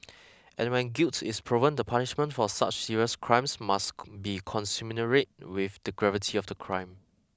and when guilt is proven the punishment for such serious crimes must be commensurate with the gravity of the crime